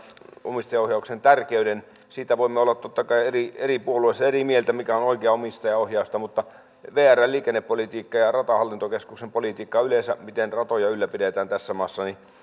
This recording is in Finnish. omistajaohjauksen tärkeyden siitä voimme olla totta kai eri eri puolueissa eri mieltä mikä on oikeaa omistajaohjausta mutta vrn liikennepolitiikka ja ja ratahallintokeskuksen politiikka yleensä miten ratoja ylläpidetään tässä maassa on